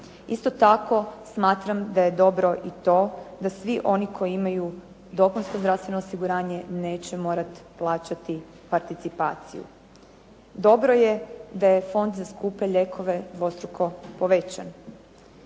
Isto tako smatram da je dobro i to da svi oni koji imaju dopunsko zdravstveno osiguranje neće morati plaćati participaciju. Dobro je da je fond za skupe lijekove dvostruko povećan.